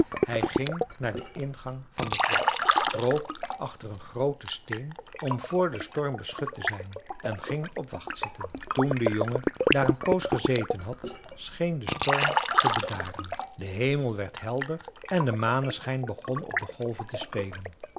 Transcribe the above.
hij ging naar den ingang van de grot kroop achter een grooten steen om voor den storm beschut te zijn en ging op wacht zitten toen de jongen daar een poos gezeten had scheen de storm te bedaren de hemel werd helder en de maneschijn begon op de golven te spelen